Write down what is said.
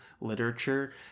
literature